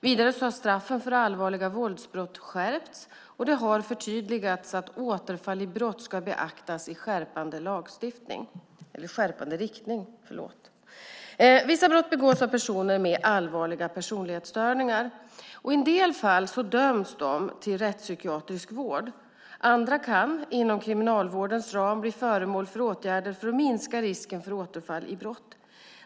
Vidare har straffen för allvarliga våldsbrott skärpts, och det har förtydligats att återfall i brott ska beaktas i skärpande riktning. Vissa brott begås av personer med allvarliga personlighetsstörningar. I en del fall döms de till rättspsykiatrisk vård. Andra kan, inom kriminalvårdens ram, bli föremål för åtgärder för att minska risken för återfall i brott.